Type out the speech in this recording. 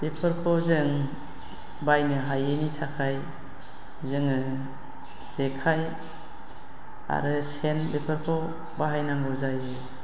बेफोरखौ जों बायनो हायिनि थाखाय जोङो जेखाइ आरो सेन बेफोरखौ बाहायनांगौ जायो